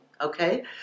okay